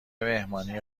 مهمانی